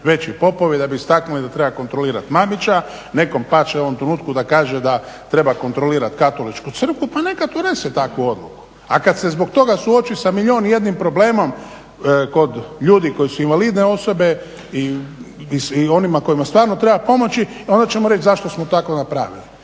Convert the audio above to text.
veći popovi da bi istaknuli da treba kontrolirati mamića. Nekom paše u ovom trenutku da kaže da treba kontrolirat Katoličku crkvu. Pa neka donese takvu odluku. A kad se zbog toga suoči sa milijun i jednim problemom kod ljudi koji su invalidne osobe i onima kojima stvarno treba pomoći, onda ćemo reći zašto smo tako napravili.